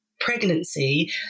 pregnancy